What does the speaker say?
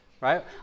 Right